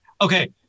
Okay